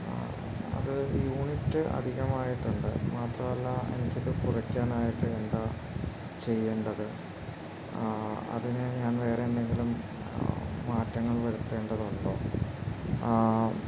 ആ അത് യൂണിറ്റ് അധികമായിട്ടുണ്ട് മാത്രമല്ല എനിക്കിത് കുറയ്ക്കാനായിട്ട് എന്താ ചെയ്യേണ്ടത് അതിന് ഞാൻ വേറെയെന്തെങ്കിലും മാറ്റങ്ങൾ വരുത്തേണ്ടതുണ്ടോ